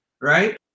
right